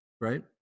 right